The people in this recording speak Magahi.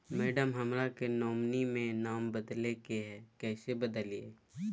मैडम, हमरा के नॉमिनी में नाम बदले के हैं, कैसे बदलिए